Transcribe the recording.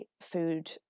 food